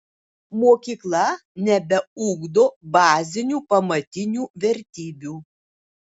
mokykla nebeugdo bazinių pamatinių vertybių